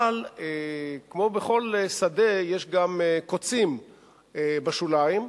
אבל כמו בכל שדה יש גם קוצים בשוליים,